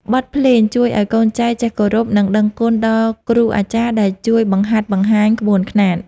បទភ្លេងជួយឱ្យកូនចៅចេះគោរព និងដឹងគុណដល់គ្រូអាចារ្យដែលជួយបង្ហាត់បង្ហាញក្បួនខ្នាត។